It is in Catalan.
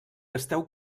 esteu